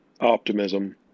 optimism